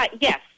Yes